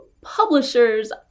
publishers